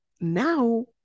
now